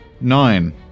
Nine